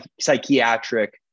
psychiatric